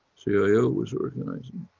cio was organising,